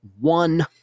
one